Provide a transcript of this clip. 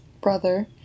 brother